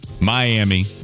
Miami